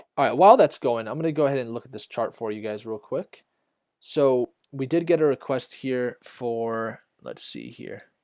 alright while that's going i'm gonna go ahead and look at this chart for you guys real quick so we did get a request here for let's see here